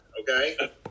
okay